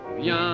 Bien